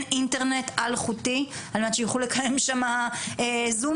אינטרנט אלחוטי על מנת שיוכלו לקיים שמה זומים.